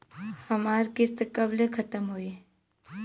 हमार किस्त कब ले खतम होई?